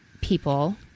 people